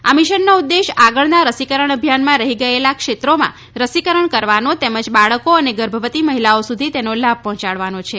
આ મિશનનો ઉદેશ્ય આગળના રસીકરણ અભિયાનમાં રહી ગયેલા ક્ષેત્રોમાં રસીકરણ કરવાનો તેમજ બાળકો અને ગર્ભવતી મહિલાઓ સુધી તેનો લાભ પહોંચાડ્યાનો છે